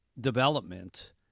development